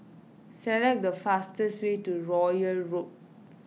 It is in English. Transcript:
select the fastest way to Royal Road